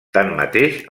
tanmateix